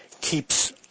keeps